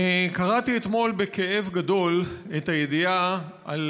קראתי אתמול בכאב גדול את הידיעה על